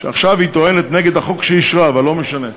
שעכשיו טוענת נגד החוק שהיא אישרה, אבל לא משנה,